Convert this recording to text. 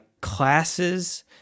classes